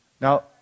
Now